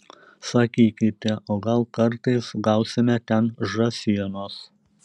sakykite o gal kartais gausime ten žąsienos